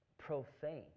profane